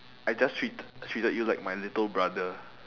I just treat~ treated you like my little brother